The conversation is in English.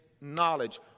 knowledge